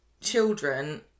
children